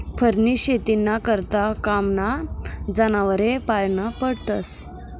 फरनी शेतीना करता कामना जनावरे पाळना पडतस